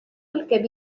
الكبير